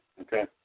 Okay